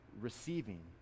receiving